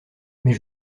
mais